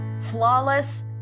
Flawless